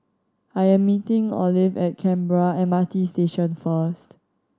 I am meeting Olive at Canberra M R T Station first